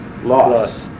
Loss